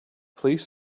please